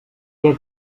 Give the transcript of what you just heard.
què